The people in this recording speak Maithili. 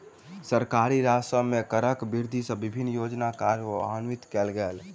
सरकारी राजस्व मे करक वृद्धि सँ विभिन्न योजना कार्यान्वित कयल गेल